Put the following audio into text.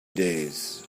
days